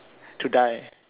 to die